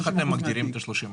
איך אתם מגדירים את ה-30%?